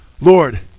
Lord